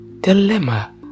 dilemma